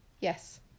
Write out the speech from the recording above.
Yes